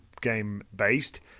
game-based